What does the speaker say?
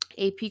AP